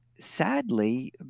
Sadly